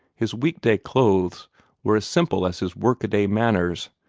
his week-day clothes were as simple as his workaday manners,